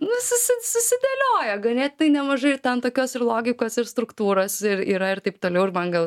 nu susi susidėlioja ganėtinai nemažai ten tokios ir logikos ir struktūros ir yra ir taip toliau ir man gal